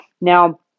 Now